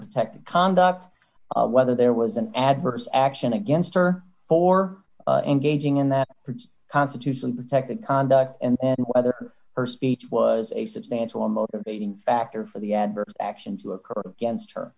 protected conduct whether there was an adverse action against or for engaging in that constitutionally protected conduct and whether her speech was a substantial or motivating factor for the adverse action to occur against her